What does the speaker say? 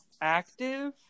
active